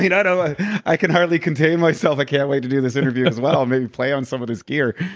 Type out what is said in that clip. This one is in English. you know know i i can hardly contain myself. i can't wait to do this interview, as well, maybe play on some of this gear